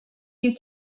you